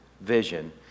vision